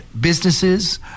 businesses